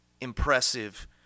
impressive